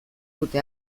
dute